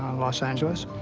los angeles.